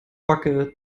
backe